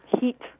heat